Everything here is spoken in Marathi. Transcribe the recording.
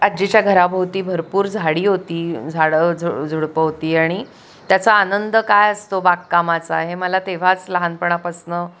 आजीच्या घराभोवती भरपूर झाडी होती झाडं झु झुडपं होती आणि त्याचा आनंद काय असतो बागकामाचा हे मला तेव्हाच लहानपणापासनं